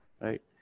right